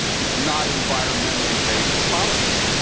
it's not environmentally-based policy.